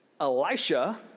Elisha